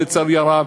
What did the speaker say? לצערי הרב,